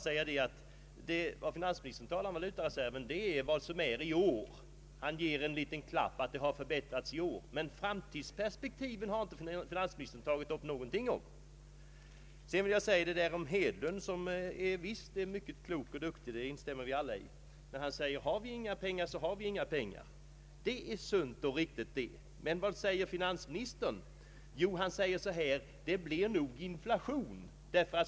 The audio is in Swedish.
Men när finansministern talar om valutareserven tar han endast hänsyn till utvecklingen i år. Han nämner att den har förbättrats litet i år. Men finansministern har inte sagt någonting om framtidsperspektiven. Herr Hedlund är helt visst mycket klok och duktig. Det instämmer vi alla i. När han säger att har vi inga pengar så har vi inga pengar, så är det sunt och riktigt. Men vad säger finansministern? Jo, han säger att det nog blir inflation.